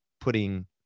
putting